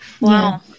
wow